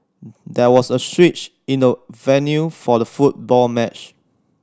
there was a switch in the venue for the football match